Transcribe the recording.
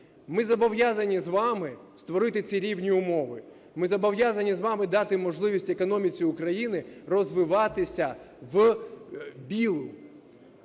Ми зобов'язані з вами створити ці рівні умови. Ми зобов'язані з вами дати можливість економіці України розвиватися "вбілу",